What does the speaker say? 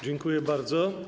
Dziękuję bardzo.